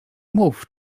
mów